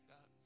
God